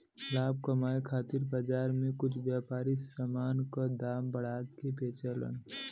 लाभ कमाये खातिर बाजार में कुछ व्यापारी समान क दाम बढ़ा के बेचलन